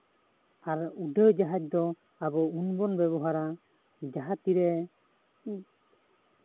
ᱟᱨ ᱩᱰᱟᱹᱣ ᱡᱟᱦᱟᱡ ᱫᱚ ᱟᱵᱚ ᱩᱱ ᱵᱚᱱ ᱵᱮᱵᱚᱦᱟᱨᱟ ᱡᱟᱦᱟᱸ ᱛᱤᱨᱮ